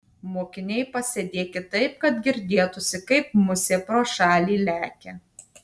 mokiniai pasėdėkit taip kad girdėtųsi kaip musė pro šalį lekia